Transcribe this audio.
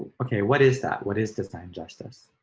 okay, what is that? what is design justice?